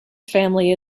family